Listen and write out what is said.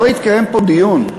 לא התקיים פה דיון.